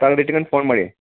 ತೊಳ್ದು ಇಟ್ಕೊಂಡು ಫೋನ್ ಮಾಡಿ